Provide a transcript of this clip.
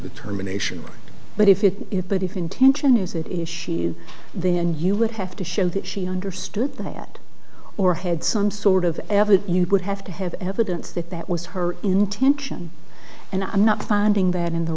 the terminations but if if if but if intention is it is she then you would have to show that she understood that or had some sort of you would have to have evidence that that was her intention and i'm not finding that in the